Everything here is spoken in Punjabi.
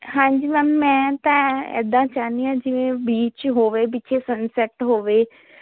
ਹਾਂਜੀ ਮੈਮ ਮੈਂ ਤਾਂ ਇਦਾਂ ਚਾਹੁੰਦੀ ਆ ਜਿਵੇਂ ਬੀਚ ਹੋਵੇ ਵਿੱਚੇ ਸਨਸੈਟ ਹੋਵੇ